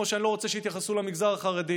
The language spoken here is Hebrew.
כמו שאני לא רוצה שיתייחסו כך למגזר החרדי.